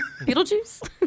Beetlejuice